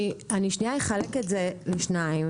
אני שנייה אחלק את זה לשניים,